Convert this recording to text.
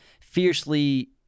fiercely